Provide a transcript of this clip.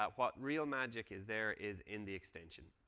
what real magic is there is in the extension.